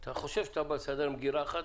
אתה חושב שאתה בא לסדר מגרה אחת,